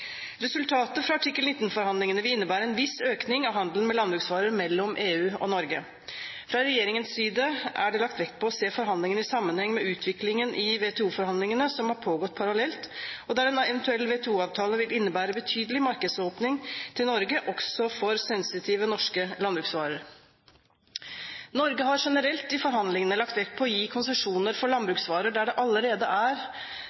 Resultatet fra artikkel 19-forhandlingene vil innebære en viss økning av handelen med landbruksvarer mellom EU og Norge. Fra regjeringens side er det lagt vekt på å se forhandlingene i sammenheng med utviklingen i WTO-forhandlingene som har pågått parallelt, og der en eventuell WTO-avtale vil innebære en betydelig markedsåpning til Norge også for sensitive norske landbruksvarer. Norge har generelt i forhandlingene lagt vekt på å gi konsesjoner for landbruksvarer der det allerede er